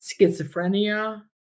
schizophrenia